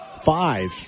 five